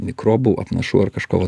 mikrobų apnašų ar kažko